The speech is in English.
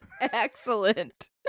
Excellent